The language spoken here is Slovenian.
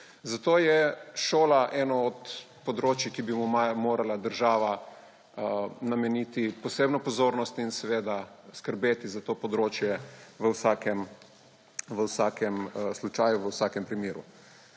Zato je šola eno od področij, ki bi mu maja morala država nameniti posebno pozornost, in seveda skrbeti za to področje v vsakem slučaju, v vsakem primeru.